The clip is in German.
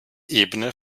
ebene